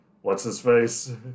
What's-his-face